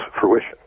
fruition